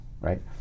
right